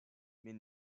mais